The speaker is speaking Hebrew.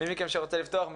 מי מכם שרוצה לפתוח.